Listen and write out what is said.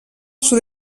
sud